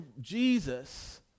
Jesus